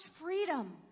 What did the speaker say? freedom